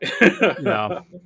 No